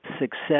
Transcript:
success